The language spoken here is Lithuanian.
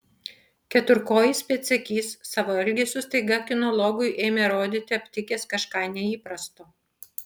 keturkojis pėdsekys savo elgesiu staiga kinologui ėmė rodyti aptikęs kažką neįprasto